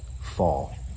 fall